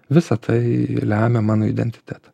visa tai lemia mano identitetą